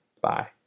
Bye